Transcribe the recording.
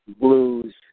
blues